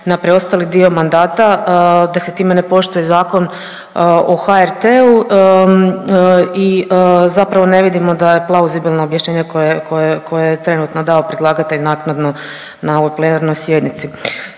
na preostali dio mandata da se time ne poštuje Zakon o HRT-u i zapravo ne vidimo da je plauzibilno objašnjenje koje je trenutno dao predlagatelj naknadno na ovoj plenarnoj sjednici.